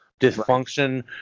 Dysfunction